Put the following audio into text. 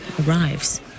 arrives